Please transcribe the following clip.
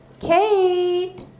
Kate